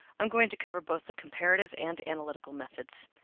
i'm going to cover both the comparative and analytical methods.